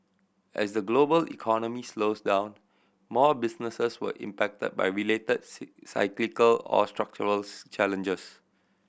as the global economy slows down more businesses were impacted by related see cyclical or structural's challenges